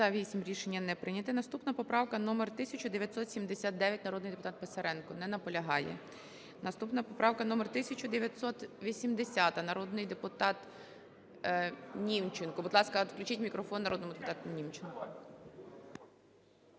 За-8 Рішення не прийнято. Наступна поправка номер 1979, народний депутат Писаренко. Не наполягає. Наступна поправка номер 1980, народний депутат Німченко. Будь ласка, включіть мікрофон народному депутату Німченку.